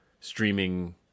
streaming